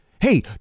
hey